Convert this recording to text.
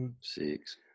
Six